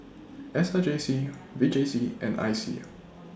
S R J C V J C and I C